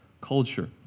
culture